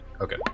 Okay